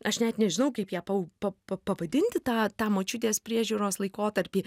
aš net nežinau kaip ją po pa pavadinti tą tą močiutės priežiūros laikotarpį